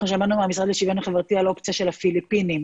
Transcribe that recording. שמענו מהמשרד לשוויון החברתי על אופציה של הפיליפינים,